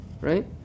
right